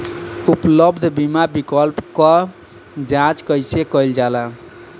उपलब्ध बीमा विकल्प क जांच कैसे कइल जाला?